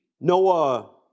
Noah